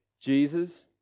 Jesus